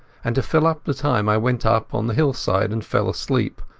and to fill up the time i went up on the hillside and fell asleep,